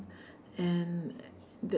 and that